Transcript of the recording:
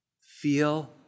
feel